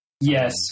yes